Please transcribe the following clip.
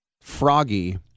froggy